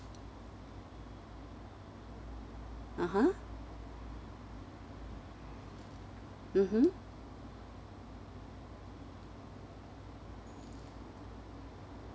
(uh huh) mmhmm